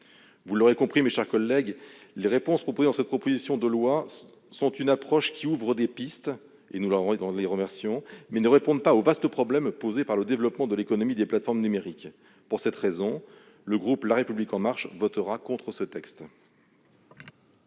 Vous l'aurez compris, mes chers collègues, les réponses présentées dans cette proposition de loi ouvrent des pistes. Nous en remercions les auteurs, mais ces pistes ne répondent pas aux vastes problèmes posés par le développement de l'économie des plateformes numériques. Pour cette raison, le groupe La République En Marche votera contre ce texte.